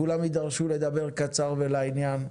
כולם יידרשו לדבר קצר ולעניין.